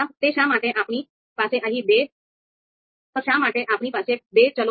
તો શા માટે આપણી પાસે અહીં બે ચલ છે